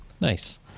Nice